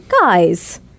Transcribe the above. guys